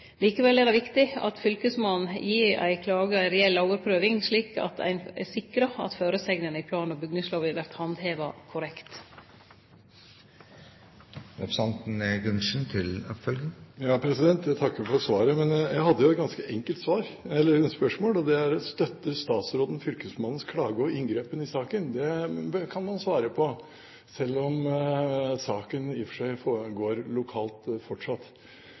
Likevel er det viktig at fylkesmannen gir ei klage ei reell overprøving, slik at ein er sikra at føresegnene i plan- og bygningslova vert handheva korrekt. Jeg takker for svaret. Men jeg hadde jo et ganske enkelt spørsmål, og det var: Støtter statsråden fylkesmannens klage og inngripen i sakene? Det kan man svare på, selv om sakene i og for seg går lokalt fortsatt.